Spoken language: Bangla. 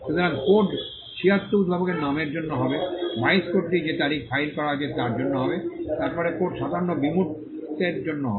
সুতরাং কোড 76 উদ্ভাবকের নামের জন্য হবে 22 কোডটি যে তারিখে ফাইল করা হয়েছে তার জন্য হবে তারপরে কোড 57 বিমূর্তের জন্য হবে